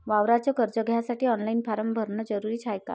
वावराच कर्ज घ्यासाठी ऑनलाईन फारम भरन जरुरीच हाय का?